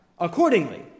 Accordingly